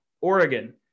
Oregon